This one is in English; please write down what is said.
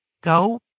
go